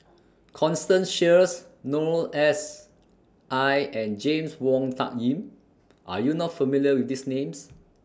Constance Sheares Noor S I and James Wong Tuck Yim Are YOU not familiar with These Names